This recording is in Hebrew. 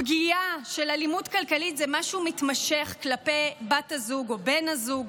פגיעה של אלימות כלכלית היא משהו מתמשך כלפי בת הזוג או בן הזוג,